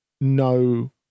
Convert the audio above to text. no